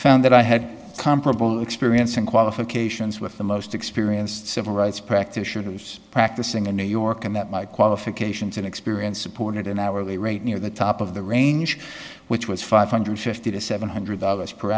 found that i had comparable experience and qualifications with the most experienced civil rights practitioners practicing in new york and that my qualifications and experience supported an hourly rate near the top of the range which was five hundred fifty to seven hundred dollars per